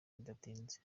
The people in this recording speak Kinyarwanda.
bidatinze